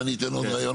ואני אתן עוד רעיון,